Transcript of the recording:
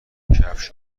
کفش